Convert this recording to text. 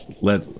Let